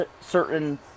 certain